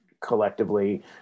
collectively